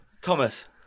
Thomas